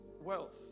Wealth